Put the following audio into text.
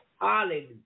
Hallelujah